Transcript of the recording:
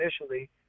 initially